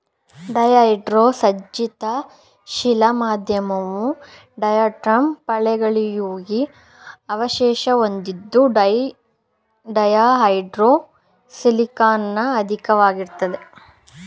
ಡಯಾಹೈಡ್ರೋ ಸಂಚಿತ ಶಿಲಾ ಮಾಧ್ಯಮವು ಡಯಾಟಂ ಪಳೆಯುಳಿಕೆ ಅವಶೇಷ ಹೊಂದಿದ್ದು ಡಯಾಹೈಡ್ರೋ ಸಿಲಿಕಾನಲ್ಲಿ ಅಧಿಕವಾಗಿರ್ತದೆ